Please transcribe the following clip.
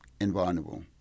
invulnerable